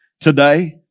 today